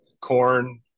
corn